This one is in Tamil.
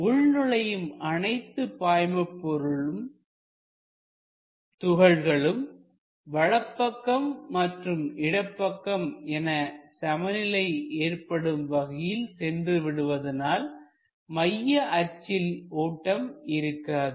உள் நுழையும் அனைத்து பாய்மபொருள் துகள்களும் வலப்பக்கம் மற்றும் இடப்பக்கம் என சமநிலை ஏற்படும் வகையில் சென்று விடுவதினால்மைய அச்சில் ஓட்டம் இருக்காது